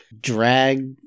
drag